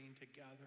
together